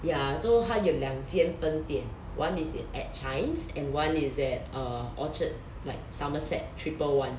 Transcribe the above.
ya so 它有两间分店 one is in at chijmes and one is at uh orchard like somerset triple [one]